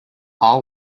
all